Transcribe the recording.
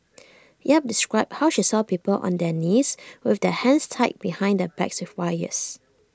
yap described how she saw people on their knees with their hands tied behind their backs with wires